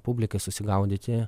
publikai susigaudyti